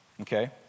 Okay